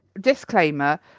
Disclaimer